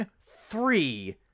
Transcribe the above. three